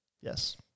Yes